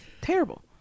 terrible